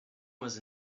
was